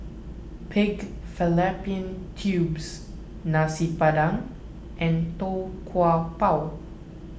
Pig Fallopian Tubes Nasi Padang and Tau Kwa Pau